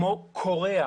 כמו קוריאה,